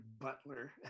butler